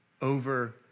over